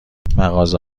مغازه